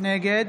נגד